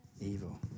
evil